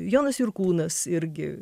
jonas jurkūnas irgi